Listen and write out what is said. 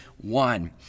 one